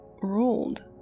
ruled